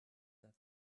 that